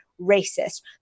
racist